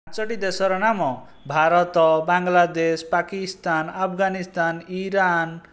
ପାଞ୍ଚୋଟି ଦେଶର ନାମ ଭାରତ ବାଙ୍ଗଲାଦେଶ ପାକିସ୍ତାନ ଆଫଗାନିସ୍ତାନ ଇରାନ